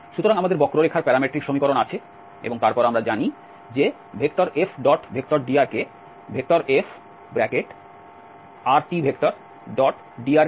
সুতরাং আমাদের বক্ররেখার প্যারামেট্রিক সমীকরণ আছে এবং তারপর আমরা জানি যে F⋅dr কে Frtdrdtdt হিসাবে মূল্যায়ন করা যেতে পারে